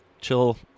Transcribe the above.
chill